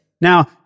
Now